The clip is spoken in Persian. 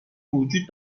وجود